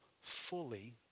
fully